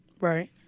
Right